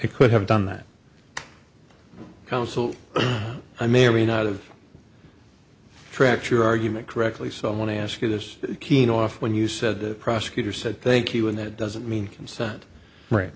it could have done that counsel i may or may not of fracture argument correctly so i want to ask you this keen off when you said the prosecutor said thank you and that doesn't mean